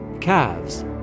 calves